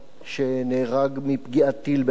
שנהרג מפגיעת טיל באשקלון.